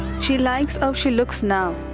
she likes how she looks now.